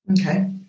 Okay